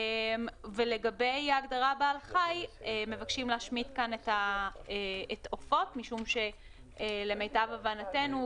לגבי ההגדרה "בעל חי" מבקשים להשמיט עופות משום שלמיטב הבנתנו,